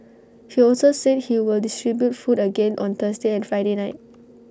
he also said he will distribute food again on Thursday and Friday night